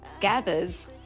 gathers